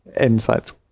insights